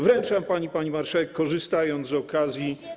Wręczam pani, pani marszałek, korzystając z okazji.